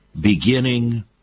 beginning